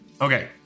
Okay